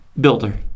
builder